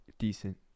decent